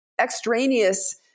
extraneous